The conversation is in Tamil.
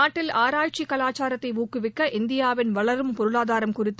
நாட்டில் ஆராய்ச்சி கவாச்சாரத்தை ஊக்குவிக்க இந்தியாவின் வளரும் பொருளாதாரம் குறித்த